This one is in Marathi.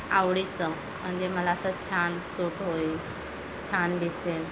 आवडीचं म्हणजे मला असं छान सूट होईल छान दिसेल